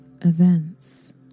Events